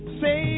say